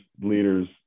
leaders